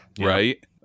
right